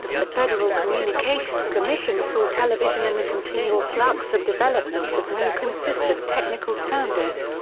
the federal communications commission saw television in the continual flux of development with no consistent technical standards,